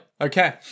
Okay